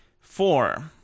Four